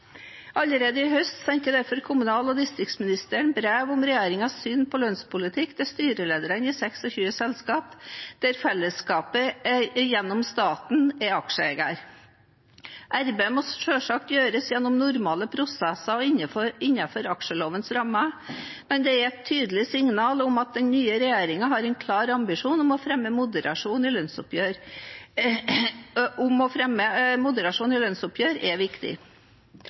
Allerede i høst sendte derfor kommunal- og distriktsministeren brev om regjeringens syn på lønnspolitikk til styrelederne i 26 selskaper der fellesskapet gjennom staten er aksjeeier. Arbeidet må selvsagt gjøres gjennom normale prosesser og innenfor aksjelovens rammer, men et tydelig signal om at den nye regjeringen har en klar ambisjon om å fremme moderasjon i